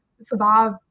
survive